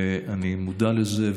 אני מודע לזה,